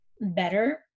better